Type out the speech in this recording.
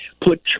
put